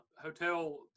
Hotel